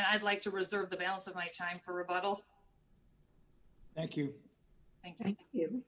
i'd like to reserve the balance of my time for rebuttal thank you thank you